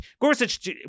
Gorsuch